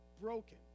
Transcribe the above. broken